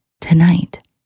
tonight